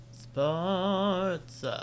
sports